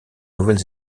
nouvelle